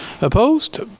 Opposed